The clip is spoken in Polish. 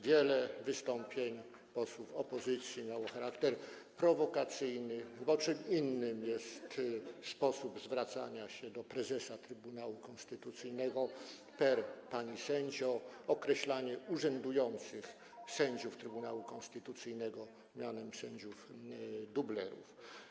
wiele wystąpień posłów opozycji miało charakter prowokacyjny, bo czym innym jest sposób zwracania się do prezesa Trybunału Konstytucyjnego per pani sędzio, określanie urzędujących sędziów Trybunału Konstytucyjnego mianem sędziów dublerów?